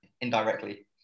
indirectly